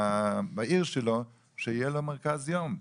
בעיר שלו שיהיה לו מרכז יום.